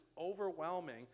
overwhelming